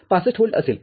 ६५ volt असेल